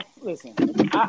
listen